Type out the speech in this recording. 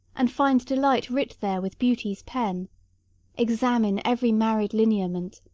and find delight writ there with beauty's pen examine every married lineament,